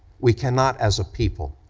we cannot, as a people,